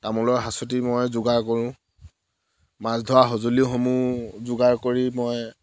তামোলৰ হাঁচতি মই যোগাৰ কৰোঁ মাছ ধৰা সঁজুলিসমূহ যোগাৰ কৰি মই